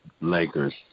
Lakers